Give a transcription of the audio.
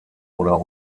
oder